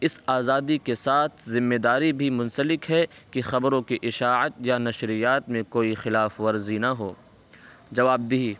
اس آزادی کے ساتھ ذمےداری بھی منسلک ہے کہ خبروں کی اشاعت یا نشریات میں کوئی خلاف ورزی نہ ہو جواب دہی